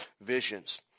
visions